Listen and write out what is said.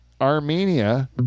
Armenia